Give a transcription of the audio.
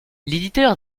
l’éditeur